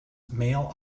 mail